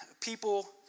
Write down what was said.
people